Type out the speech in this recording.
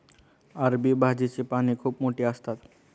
अरबी भाजीची पाने खूप मोठी असतात